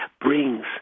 brings